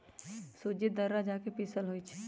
सूज़्ज़ी दर्रा जका पिसल होइ छइ